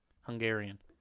Hungarian